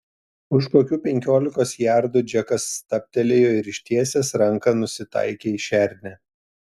už kokių penkiolikos jardų džekas stabtelėjo ir ištiesęs ranką nusitaikė į šernę